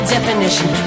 definition